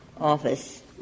office